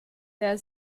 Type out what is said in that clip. der